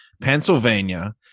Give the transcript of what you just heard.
Pennsylvania